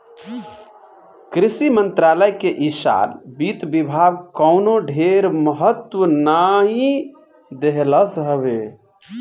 कृषि मंत्रालय के इ साल वित्त विभाग कवनो ढेर महत्व नाइ देहलस हवे